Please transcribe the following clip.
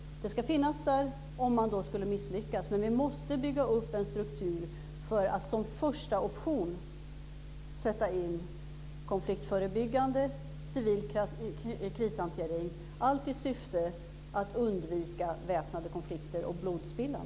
Det ska finnas där om man skulle misslyckas. Men vi måste bygga upp en struktur för att som första option sätta in konfliktförebyggande civil krishantering, allt i syfte att undvika väpnade konflikter och blodspillan.